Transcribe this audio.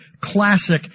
classic